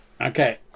Okay